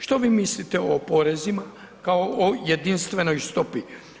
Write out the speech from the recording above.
Što vi mislite o porezima kao o jedinstvenoj stopi?